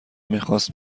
میخاست